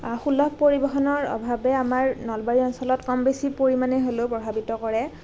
সুলভ পৰিবহনৰ অভাৱে আমাৰ নলবাৰী অঞ্চলত কম বেছি পৰিমাণে হলেও প্ৰভাৱিত কৰে